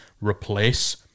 replace